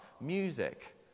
music